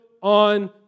on